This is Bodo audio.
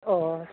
अ